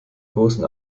großen